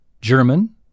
German